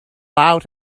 out